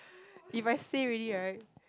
if I say already right